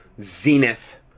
zenith